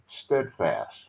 steadfast